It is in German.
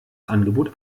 angebot